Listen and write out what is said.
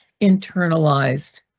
internalized